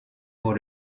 pour